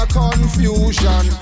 confusion